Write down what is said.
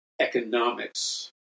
economics